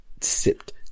sipped